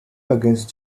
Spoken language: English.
against